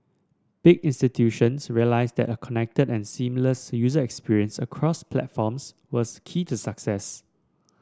big institutions realised that a connected and seamless user experience across platforms was key to success